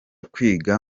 kwiga